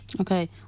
Okay